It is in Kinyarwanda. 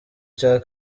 cya